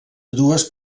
dues